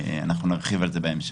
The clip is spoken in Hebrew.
אנחנו נרחיב על זה בהמשך.